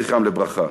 זכרם לברכה,